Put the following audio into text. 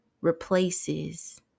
replaces